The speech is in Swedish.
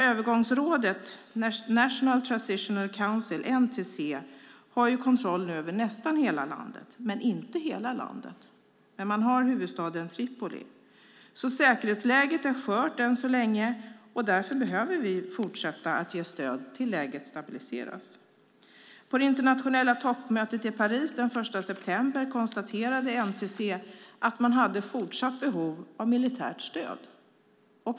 Övergångsrådet - National Transitional Council, NTC - har nu kontroll över nästan hela landet. Det är inte hela landet, men man har huvudstaden Tripoli. Säkerhetsläget är alltså skört än så länge, och därför behöver vi fortsätta att ge stöd tills läget stabiliseras. På det internationella toppmötet i Paris den 1 september konstaterade NTC att man hade fortsatt behov av militärt stöd.